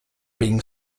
being